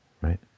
Right